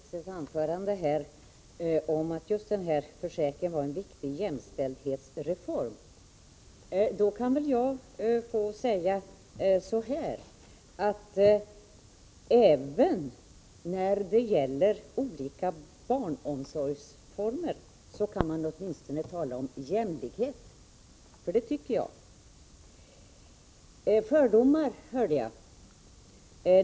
Herr talman! Monica Andersson talade i sitt anförande om att den här försäkringen innebar en viktig jämställdhetsreform. Då kan jag säga så här: Även när det gäller olika barnomsorgsformer kan man åtminstone tala om jämlikhet. Fördomar hörde jag talas om.